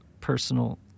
personal